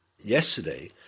yesterday